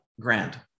grand